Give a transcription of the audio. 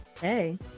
Hey